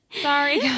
Sorry